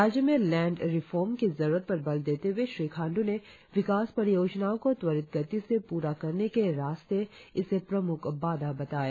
राज्य में land reform की जरुरत पर बल देते हए श्री खांड्र ने विकास परियोजनाओं को त्वरित गति से पूरा करने के रास्ते इसे प्रम्ख बाधा बताया